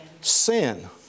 Sin